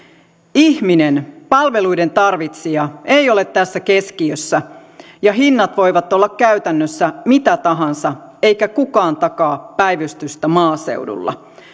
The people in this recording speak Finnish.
ihminen palveluiden tarvitsija ei ole tässä keskiössä ja hinnat voivat olla käytännössä mitä tahansa eikä kukaan takaa päivystystä maaseudulla